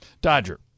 Dodger